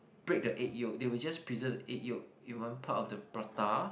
break the egg yolk they will just preserve the egg yolk in one part of the prata